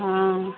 हाँ